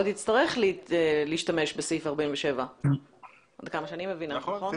לא תצטרך להשתמש בסעיף 47. נכון.